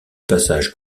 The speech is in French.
passage